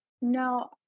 no